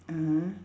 (uh huh)